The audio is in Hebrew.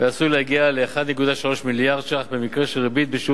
ועשוי להגיע ל-1.3 מיליארד שקלים במקרה של ריבית בשיעור